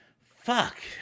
Fuck